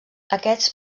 aquests